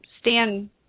stand